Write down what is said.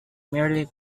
merely